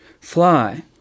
fly